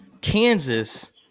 Kansas